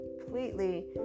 completely